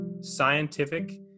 scientific